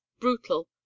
brutal